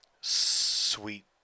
sweet